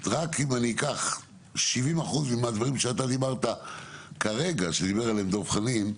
רק אם אקח 70% מהדברים שדיבר עליהם כרגע דב חנין,